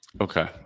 Okay